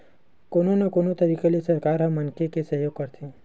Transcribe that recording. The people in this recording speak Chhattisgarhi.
कोनो न कोनो तरिका ले सरकार ह मनखे के सहयोग करथे